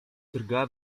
drga